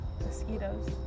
Mosquitoes